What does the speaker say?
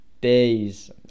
days